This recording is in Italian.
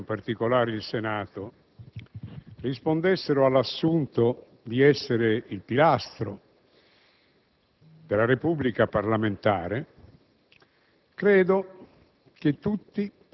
se il Parlamento, in particolare il Senato, rispondesse all'assunto di essere il pilastro della Repubblica parlamentare,